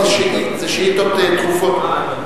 זה שאילתות דחופות.